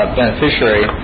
beneficiary